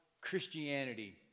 Christianity